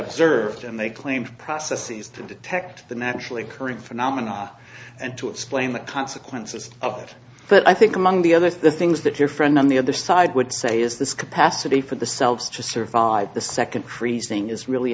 observed and they claim processes to detect the naturally occurring phenomena and to explain the consequences of that but i think among the other things that your friend on the other side would say is this capacity for the selves to survive the second creasing is really